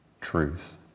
truth